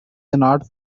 not